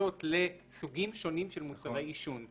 שמתייחסות לסוגים שונים של מוצרי עישון.